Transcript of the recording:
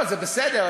זה בסדר,